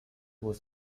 was